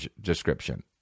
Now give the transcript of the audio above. description